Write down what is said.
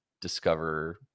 discover